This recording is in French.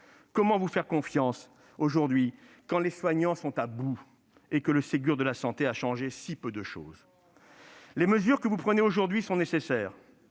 Comment vous faire confiance aujourd'hui quand les soignants sont à bout et que le Ségur de la santé a changé si peu de choses ? Ce n'est pas vrai ! Les mesures que vous prenez aujourd'hui sont nécessaires,